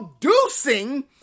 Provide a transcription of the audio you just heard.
producing